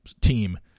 team